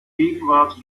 gegenwart